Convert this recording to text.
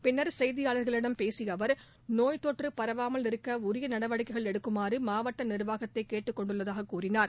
பின்னர் செய்தியாளர்களிடம் பேசிய அவர் நோய்த்தொற்று பரவாமல் இருக்க உரிய நடவடிக்கைகள் எடுக்குமாறு மாவட்ட நிர்வாகத்தை கேட்டுக் கொண்டுள்ளதாக கூறினார்